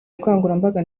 bukangurambaga